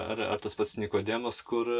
ar ar tas pats nikodemas kur